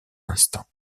instant